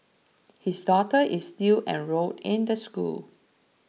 his daughter is still enrolled in the school